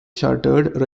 chartered